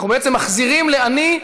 אנחנו בעצם מחזירים לעני.